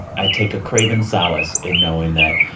i take a craven solace in knowing that,